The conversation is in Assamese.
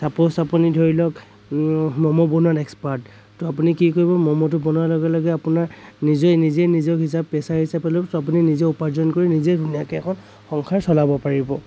চাপোজ আপুনি ধৰি লওক ম'ম' বনোৱাত এক্সপাৰ্ট ত' আপুনি কি কৰিব ম'ম'টো বনোৱাৰ লগে লগে আপোনাৰ নিজেই নিজেই নিজক হিচাপে পেচা হিচাপে লৈ আপুনি নিজে উপাৰ্জন কৰি নিজে ধুনীয়াকৈ এখন সংসাৰ চলাব পাৰিব